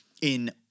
in-